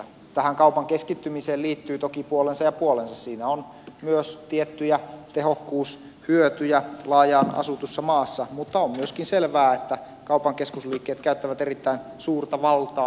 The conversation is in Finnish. tähän kaupan keskittymiseen liittyy toki puolensa ja puolensa siinä on myös tiettyjä tehokkuushyötyjä harvaan asutussa maassa mutta on myöskin selvää että kaupan keskusliikkeet käyttävät erittäin suurta valtaa